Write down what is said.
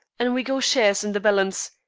and we go shares in the balance,